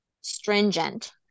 stringent